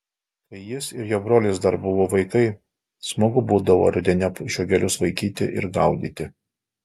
kai jis ir jo brolis dar buvo vaikai smagu būdavo rudeniop žiogelius vaikyti ir gaudyti